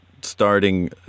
starting